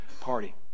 party